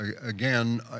again